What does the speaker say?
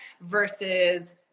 versus